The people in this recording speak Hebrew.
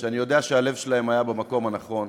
שאני יודע שהלב שלהם היה במקום הנכון.